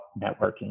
networking